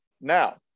Now